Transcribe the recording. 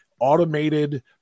automated